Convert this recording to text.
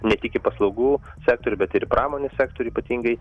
ne tik į paslaugų sektorių bet ir į pramonės sektorių ypatingai